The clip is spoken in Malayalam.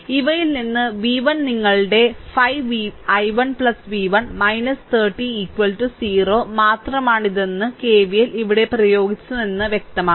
ഇവയിൽ നിന്ന് v1 നിങ്ങളുടെ 5 i1 v1 30 0 മാത്രമാണിതെന്ന് കെവിഎൽ ഇവിടെ പ്രയോഗിച്ചുവെന്ന് വ്യക്തമാണ്